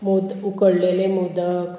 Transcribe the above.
मोद उकडलेले मोदक